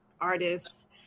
artists